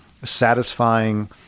satisfying